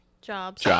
jobs